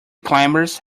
climbers